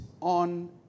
on